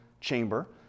chamber